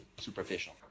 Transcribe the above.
superficial